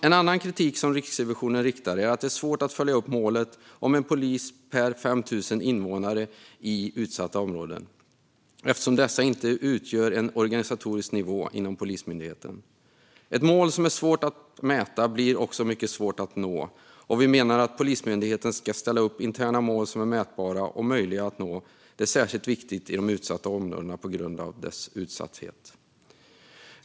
En annan kritik som Riksrevisionen riktar handlar om att det är svårt att följa upp målet om en polis per 5 000 invånare i utsatta områden, eftersom dessa inte utgör en organisatorisk nivå inom Polismyndigheten. Ett mål som är svårt att mäta blir också mycket svårt att nå. Vi menar att Polismyndigheten ska ställa upp interna mål som är mätbara och möjliga att nå. Det är särskilt viktigt i de utsatta områdena på grund av deras utsatthet.